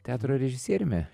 teatro režisieriumi